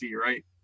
Right